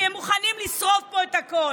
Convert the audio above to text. כי הם מוכנים לשרוף פה את הכול.